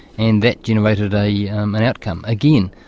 and that generated yeah um an outcome. again,